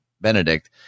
Benedict